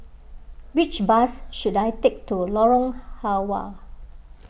which bus should I take to Lorong Halwa